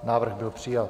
Návrh byl přijat.